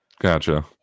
gotcha